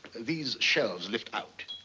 these shelves lift out